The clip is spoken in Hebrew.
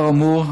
לאור האמור,